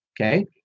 okay